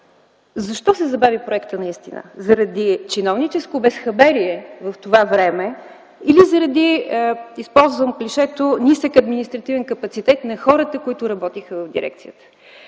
защо се забави проекта наистина – заради чиновническо безхаберие в това време, или заради, използвам клишето, нисък административен капацитет на хората, които работиха в дирекцията?